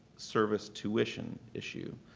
service tuition issue.